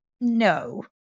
No